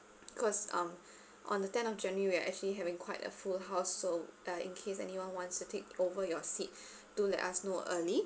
cause um on the tenth of january we are actually having quite a full house so uh in case anyone wants to take over your seat do let us know early